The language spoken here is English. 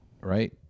right